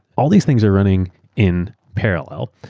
all these things are running in parallel.